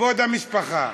כבוד המשפחה.